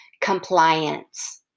compliance